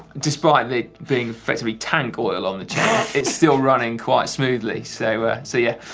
despite it being effectively tank oil on the chain, it's still running quite smoothly, so ah so yeah.